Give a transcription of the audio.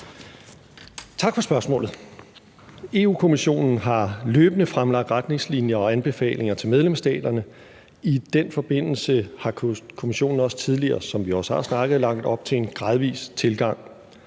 Tak for spørgsmålet. Europa-Kommissionen har løbende fremlagt retningslinjer og anbefalinger til medlemsstaterne. I den forbindelse har Kommissionen også tidligere – som vi også har snakket om – lagt op til en gradvis tilgang.